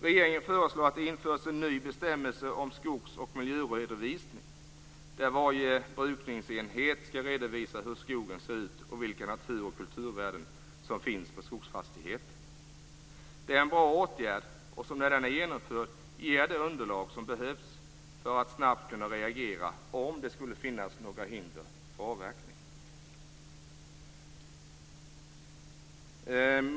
Regeringen föreslår att det införs en ny bestämmelse om skogsoch miljöredovisning, där varje brukningsenhet skall redovisa hur skogen ser ut och vilka natur och kulturvärden som finns på skogsfastigheten. Det är en bra åtgärd som, när den är genomförd, ger det underlag som behövs för att snabbt kunna reagera om det skulle finnas några hinder för avverkning.